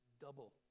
double